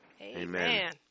Amen